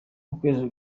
kwezi